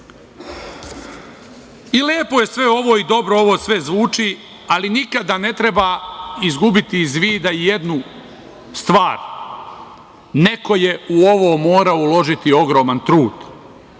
Lepo je sve ovo i dobro ovo sve zvuči, ali nikada ne treba izgubiti iz vida jednu stvar – neko je u ovo morao uložiti ogroman trud.